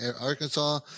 Arkansas